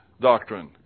doctrine